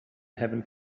heaven